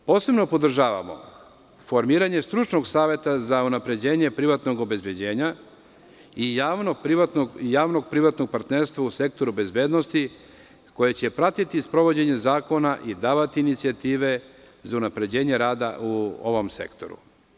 Posebno podržavamo formiranje stručnog saveta za unapređenje privatnog obezbeđenja i javnog privatnog partnerstva u sektoru bezbednosti koje će pratiti sprovođenje zakona i davati inicijative za unapređenje rada u ovom sektoru.